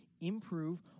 improve